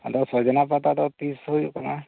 ᱟᱫᱚ ᱥᱚᱡᱽᱱᱟ ᱯᱟᱛᱟ ᱫᱚ ᱛᱤᱥ ᱦᱩᱭᱩᱜ ᱠᱟᱱᱟ